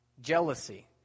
jealousy